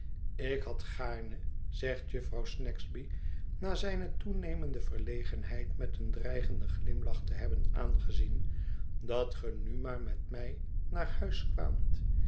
ik had gaarne zegt jufvrouw snagsby na zijne toenemende verlegenheid met een dreigenden glimlach te hebben aangezien dat ge nu maar met mij naar huis kwaamt